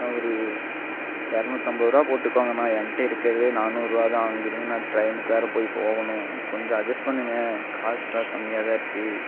நான் ஒரு இருநூத்தம்பது ரூபா போட்டுக்கோங்கண்ணா என்கிட்ட இருக்கிறதே நானூறு ரூபாதான் அங்கேருந்து நான் ட்ரெயினுக்கு வேறே போய் போகணும் கொஞ்சம் அட்ஜஸ் பண்ணுங்கள் காசுலாம் கம்மியாகதான் இருக்குது